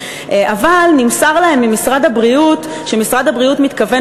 אבל נמסר להם ממשרד הבריאות שמשרד הבריאות מתכוון